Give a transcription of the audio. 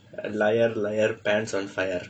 liar liar pants on fire